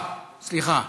סליחה.